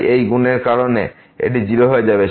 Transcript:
তাই এই গুণের কারণে এটি 0 হয়ে যাবে